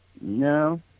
No